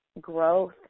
growth